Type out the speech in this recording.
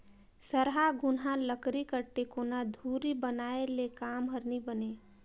सरहा घुनहा लकरी कर टेकोना धूरी बनाए ले काम हर नी बने